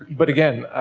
but again, i,